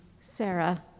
Sarah